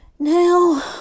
Now